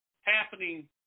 happening